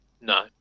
no